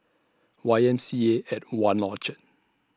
Y M C A At one Orchard